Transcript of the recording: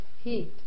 heat